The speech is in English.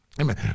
Amen